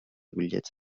ullets